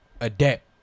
adapt